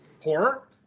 Horror